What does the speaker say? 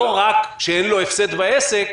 לא רק שאין לו הפסד בעסק,